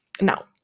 Now